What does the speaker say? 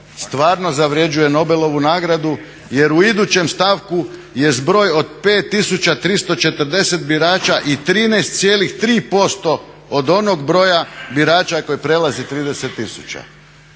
stvarno zavređuje Nobelovu nagradu, jer u idućem stavku je zbroj od 5340 birača i 13,3% od onog broja birača koji prelazi 30 000.